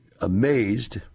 amazed